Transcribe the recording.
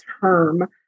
term